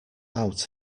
out